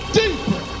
deeper